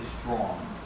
strong